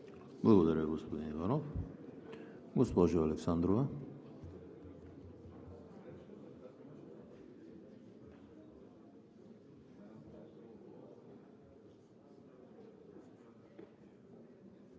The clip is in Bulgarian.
Благодаря, господин Иванов. Госпожо Александрова.